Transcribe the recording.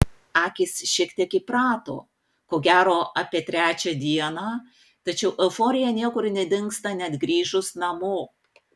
akys šiek tiek įprato ko gero apie trečią dieną tačiau euforija niekur nedingsta net grįžus namo